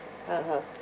(uh huh)